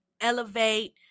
elevate